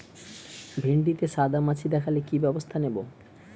ভিন্ডিতে সাদা মাছি দেখালে কি ব্যবস্থা নেবো?